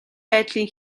байдлын